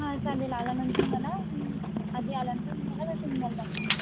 हा चालेल आल्यानंतर मला आधी आल्यानंतर मला भेटून घ्याल बँकमध्ये हा ठीक आहे थॅंक यू हा ठीक आहे ओके